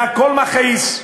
והכול מכעיס,